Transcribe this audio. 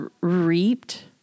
reaped